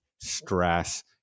stress